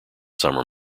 summer